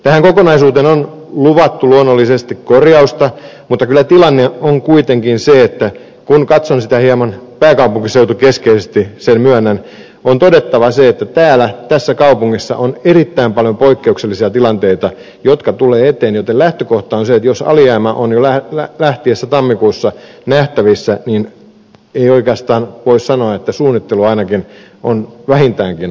tähän kokonaisuuteen on luvattu luonnollisesti korjausta mutta kyllä tilanne on kuitenkin se että kun katson sitä hieman pääkaupunkiseutukeskeisesti sen myönnän on todettava se että tässä kaupungissa on erittäin paljon poikkeuksellisia tilanteita jotka tulevat eteen joten lähtökohta on se että jos alijäämä on jo tammikuussa nähtävissä niin oikeastaan voi sanoa että suunnittelu ainakin on vähintäänkin haasteellista